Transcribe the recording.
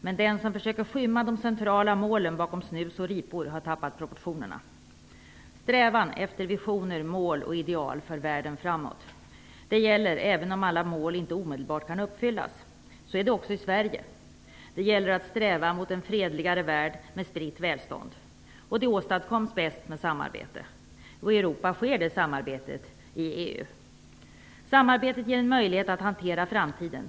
Men den som försöker skymma de centrala målen bakom snus och ripor har tappat proportionerna. Strävan efter visioner, mål och ideal för världen framåt. Det gäller även om alla mål inte omedelbart kan uppfyllas. Så är det också i Sverige. Det gäller att sträva mot en fredligare värld med spritt välstånd. Det åstadkoms bäst med samarbete. I Europa sker det samarbetet i Samarbetet ger en möjlighet att hantera framtiden.